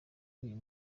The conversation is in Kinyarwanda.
uyu